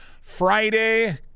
Friday